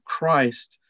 Christ